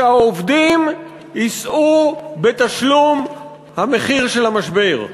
שהעובדים יישאו בתשלום המחיר של המשבר,